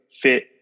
fit